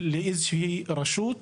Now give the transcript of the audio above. לאיזושהי רשות,